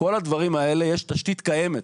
לכל הדברים האלה יש תשתית קיימת.